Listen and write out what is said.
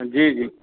जी जी